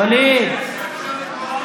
ווליד,